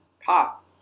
Pop